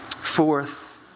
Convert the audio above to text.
Fourth